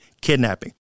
kidnapping